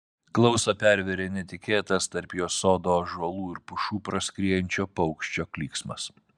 klausą pervėrė netikėtas tarp jos sodo ąžuolų ir pušų praskriejančio paukščio klyksmas